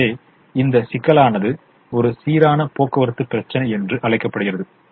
எனவே இந்த சிக்கலானது ஒரு சீரான போக்குவரத்து பிரச்சினை என்று அழைக்கப்படுகிறது